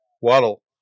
Waddle